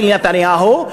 של נתניהו,